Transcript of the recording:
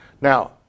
Now